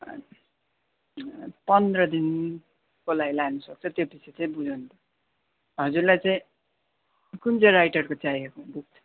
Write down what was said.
पन्ध्रदिनको लागि लानुसक्छ त्योपछि चाहिँ बुझाउनु हजुरलाई चाहिँ कुन चाहिँ राइटरको चाहिएको बुक